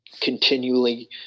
continually